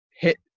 hit